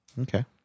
Okay